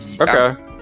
Okay